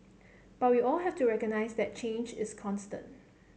but we all have to recognise that change is constant